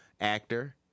actor